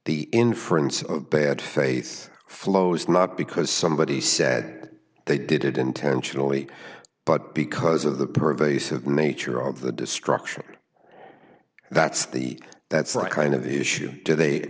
the inference of bad faith flows not because somebody said they did it intentionally but because of the pervasive nature of the destruction that's the that's right kind of the issue do they